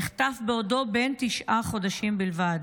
נחטף בעודו בן תשעה חודשים בלבד,